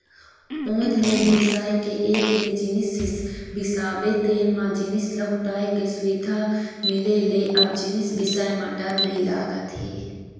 online बिसाए के app ले जिनिस बिसाबे तेन म जिनिस लहुटाय के सुबिधा मिले ले अब जिनिस बिसाए म डर नइ लागत हे